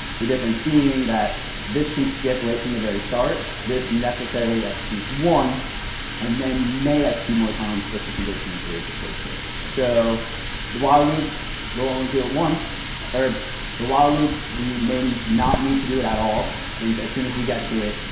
the difference being, that this can skip right from the very start. this necessarily executes once and then may execute more times if the condition is still true. so the while loop will only do it once, or the while loop we may not need to do it at all, since as soon as we get to it,